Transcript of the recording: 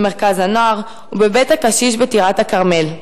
במרכז הנוער ובבית-הקשיש בטירת-כרמל.